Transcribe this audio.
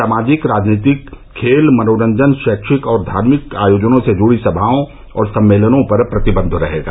सामाजिक राजनीतिक खेल मनोरंजन शैक्षिक धार्मिक आयोजनों से जुड़ी समाओं और सम्मेलनों पर प्रतिबंध रहेगा